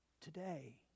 Today